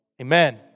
amen